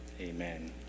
amen